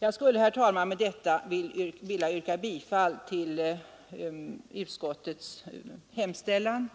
Herr talman! Jag skulle med det anförda vilja yrka bifall till utskottets hemställan.